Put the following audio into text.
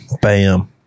bam